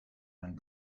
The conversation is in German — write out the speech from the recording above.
ein